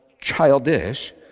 childish